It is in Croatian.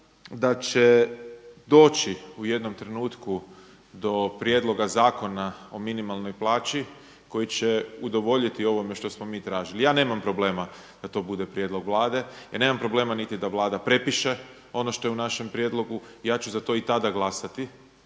da će doći u jednom trenutku do prijedloga zakona o minimalnoj plaći koji će udovoljiti ovome što smo mi tražili. Ja nemam problema da to bude prijedlog Vlade, ja nemam problema niti da Vlada prepiše ono što je u našem prijedlogu. Ja ću za to i tada glasati